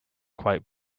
quite